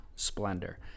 Splendor